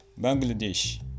bangladesh